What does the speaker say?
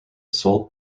sold